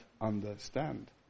understand